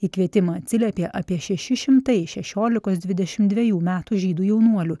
į kvietimą atsiliepė apie šeši šimtai šešiolikos dvidešim dvejų metų žydų jaunuolių